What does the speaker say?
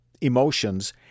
emotions